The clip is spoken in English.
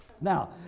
Now